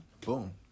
Boom